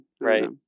Right